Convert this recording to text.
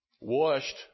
washed